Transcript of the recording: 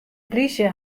plysje